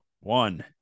One